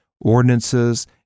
ordinances